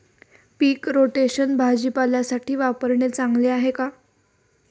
पीक rotation भाजीपाल्यासाठी वापरणे चांगले आहे का?